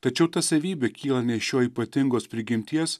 tačiau ta savybė kyla ne iš jo ypatingos prigimties